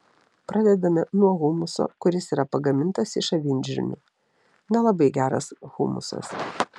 pradedame nuo humuso kuris yra pagamintas iš avinžirnių na labai geras humusas